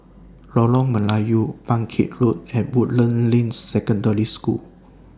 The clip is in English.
Lorong Melayu Bangkit Road and Woodlands Ring Secondary School